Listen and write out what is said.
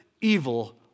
evil